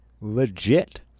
Legit